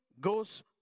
goes